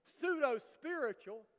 pseudo-spiritual